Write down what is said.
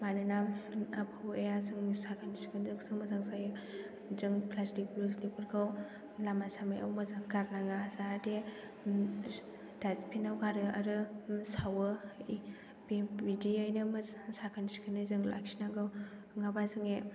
मानोना आबहावाया जोंनि साखोन सिखोनजोंसो मोजां जायो जों प्लास्टिक प्लुस्टिकफोरखौ लामा सामायाव मोजां गारनाङा जाहाथे दासबिनाव गारो आरो सावो बे बिदियैनो साखोन सिखोनै जों लाखिनांगौ नङाब्ला जोंनि